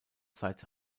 seit